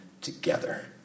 together